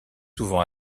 souvent